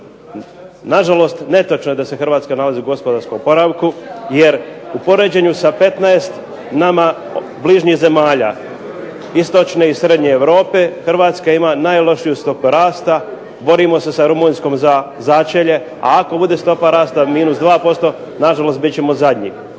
Nažalost, netočno je da se Hrvatska nalazi u gospodarskom oporavku, jer u poređenju sa 15 nama bližnjih zemalja istočne i srednje Europe Hrvatska ima najlošiju stopu rasta, borimo se sa Rumunjskom za začelje, a ako bude stopa rasta minu 2% nažalost bit ćemo zadnji.